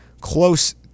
close